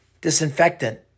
disinfectant